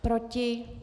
Proti?